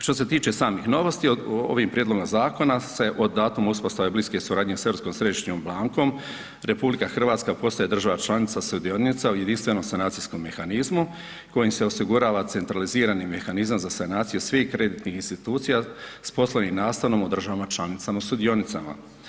Što se tiče samih novosti, ovim prijedlogom zakona se od datuma uspostave bliske suradnje s Europskom središnjom bankom, RH postaje država članica sudionica u Jedinstvenom sanacijskom mehanizmu kojim se osigurava centralizirani mehanizam za sanacije svih kreditnih institucija s ... u državama članicama sudionicama.